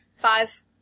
Five